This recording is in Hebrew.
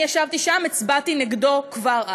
אני ישבתי שם, הצבעתי נגדו כבר אז.